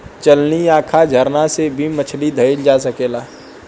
चलनी, आँखा, झरना से भी मछली धइल जा सकेला